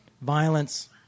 violence